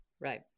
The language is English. Right